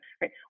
right